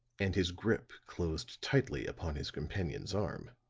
and his grip closed tightly upon his companion's arm.